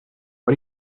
why